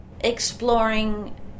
exploring